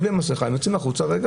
הם יוצאים החוצה בלי מסכה.